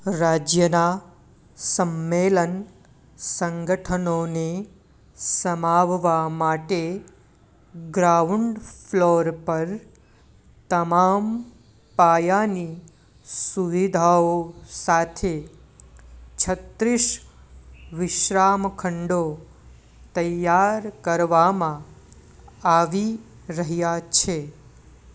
રાજ્યનાં સંમેલન સંગઠનોને સમાવવા માટે ગ્રાઉન્ડ ફ્લોર પર તમામ પાયાની સુવિધાઓ સાથે છત્રીસ વિશ્રામ ખંડો તૈયાર કરવામાં આવી રહ્યા છે